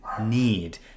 need